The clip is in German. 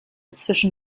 zwischen